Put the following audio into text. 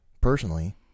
personally